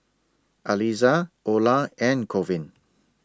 Aliza Ola and Colvin